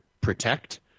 protect